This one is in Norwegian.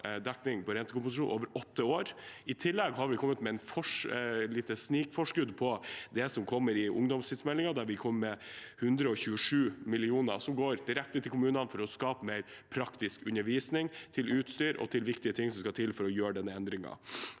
dekning for rentekompensasjon. I tillegg har vi kommet med et lite snikforskudd på det som kommer i ungdomstidsmeldingen, med 127 mill. kr som går direkte til kommunene for å skape mer praktisk undervisning, som går til utstyr og viktige ting som skal til for å gjøre denne endringen.